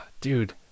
Dude